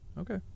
Okay